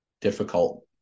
difficult